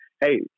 hey